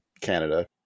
Canada